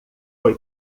foi